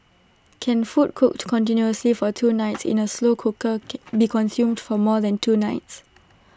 can food cooked continuously for two nights in A slow cooker be consumed for more than two nights